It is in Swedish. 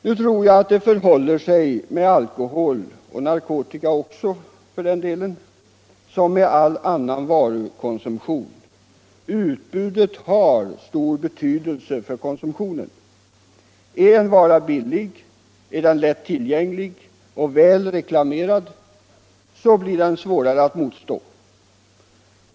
Nu tror jag att det förhåller sig med alkohol — och narkotika också för den delen — som med all annan varukonsumtion. Utbudet har stor betydelse för konsumtionen. Är en vara billig, lättillgänglig och väl reklamerad så blir den svårare att motstå.